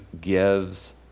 gives